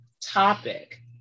topic